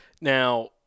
Now